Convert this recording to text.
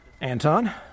Anton